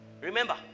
remember